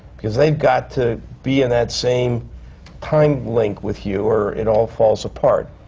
because they've got to be in that same time link with you, or it all falls apart.